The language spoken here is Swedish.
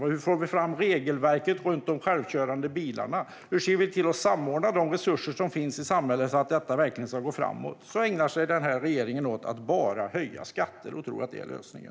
Hur får vi fram regelverket för de självkörande bilarna? Hur ser vi till att samordna de resurser som finns i samhället så att det verkligen ska gå framåt? Regeringen ägnar sig bara åt att höja skatter och tror att det är lösningen.